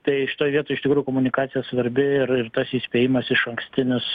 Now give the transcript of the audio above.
tai šitoj vietoj iš tikrųjų komunikacija svarbi ir ir tas įspėjimas išankstinis